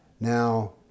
Now